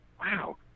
Wow